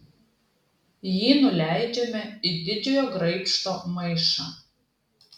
jį nuleidžiame į didžiojo graibšto maišą